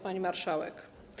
Pani Marszałek!